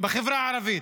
בחברה הערבית.